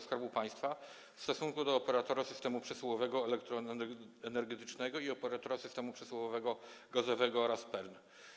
Skarbu Państwa w stosunku do operatora systemu przesyłowego elektroenergetycznego i operatora systemu przesyłowego gazowego oraz PERN.